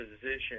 position